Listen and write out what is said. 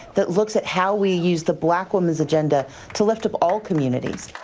that looks at how we use the black woman's agenda to lift up all communities.